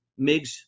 MIGs